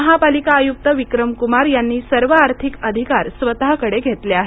महापालिका आय़्क्त विक्रम कुमार यांनी सर्व आर्थिक अधिकार स्वतःकडे घेतले आहेत